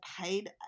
paid